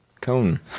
cone